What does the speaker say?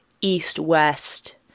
East-West